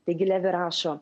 taigi levi rašo